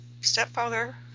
stepfather